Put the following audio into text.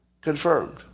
Confirmed